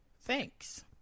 thanks